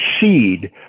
seed